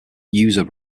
user